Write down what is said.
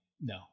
no